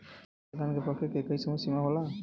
का सभी धान के पके के एकही समय सीमा होला?